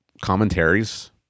commentaries